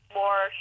more